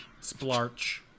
Splarch